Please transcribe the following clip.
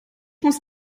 muss